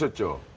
ah job.